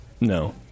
No